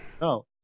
No